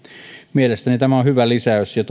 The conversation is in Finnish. mielestäni tämä on hyvä lisäys ja